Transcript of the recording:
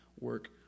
work